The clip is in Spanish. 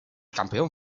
campeón